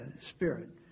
spirit